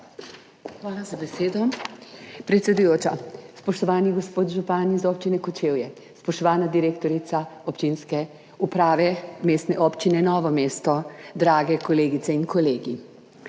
Hvala za besedo, predsedujoča. Spoštovani gospod župan Občine Kočevje, spoštovana direktorica občinske uprave Mestne občine Novo mesto, drage kolegice in kolegi!